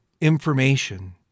information